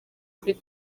kuri